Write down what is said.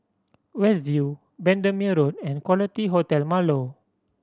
West View Bendemeer Road and Quality Hotel Marlow